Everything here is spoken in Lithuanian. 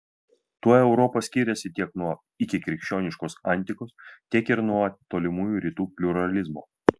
tuo europa skiriasi tiek nuo ikikrikščioniškos antikos tiek ir nuo tolimųjų rytų pliuralizmo